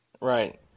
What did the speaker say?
Right